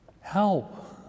Help